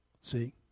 See